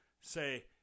say